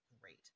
great